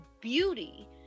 beauty